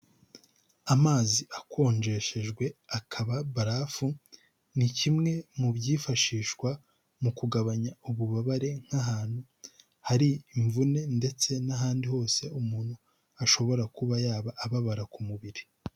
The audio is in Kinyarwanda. Amazi akonjeshejwe akaba barafu, ni kimwe mu byifashishwa mu kugabanya ububabare nk'ahantu hari imvune, ndetse n'ahandi hose umuntu ashobora kuba yaba ababara ku mubiri.